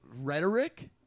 rhetoric